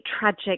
tragic